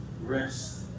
rest